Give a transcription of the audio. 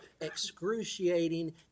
excruciating